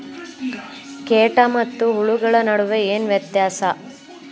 ಕೇಟ ಮತ್ತು ಹುಳುಗಳ ನಡುವೆ ಏನ್ ವ್ಯತ್ಯಾಸ?